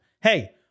hey